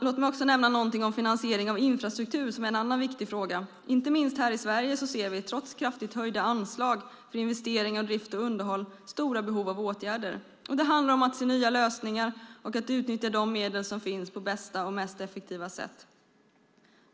Låt mig också nämna någonting om finansiering av infrastruktur, som är en annan viktig fråga. Inte minst här i Sverige ser vi, trots kraftigt höjda anslag för investeringar, drift och underhåll, stora behov av åtgärder. Det handlar om att se nya lösningar och att utnyttja de medel som finns på bästa och mest effektiva sätt.